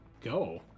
go